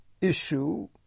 issue